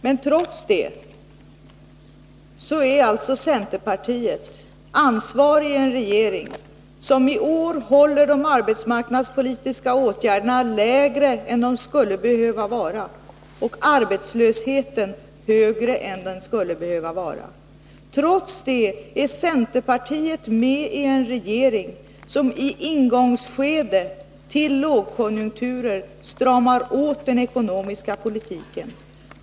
Men trots det är centerpartiet ansvarigt i en regering som i år håller de arbetsmarknadspolitiska åtgärderna lägre än de skulle behöva vara och arbetslösheten högre än den skulle behöva vara. Trots det är centerpartiet med i en regering som i ingångsskedet till lågkonjunkturer stramar åt den ekonomiska politiken.